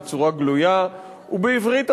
בצורה גלויה ובעברית אמיתית: